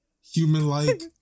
Human-like